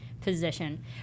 position